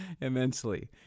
immensely